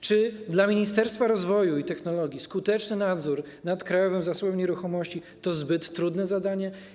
Czy dla Ministerstwa Rozwoju i Technologii skuteczny nadzór nad krajowym zasobem nieruchomości to zbyt trudne zadanie?